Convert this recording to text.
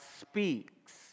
speaks